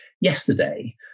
yesterday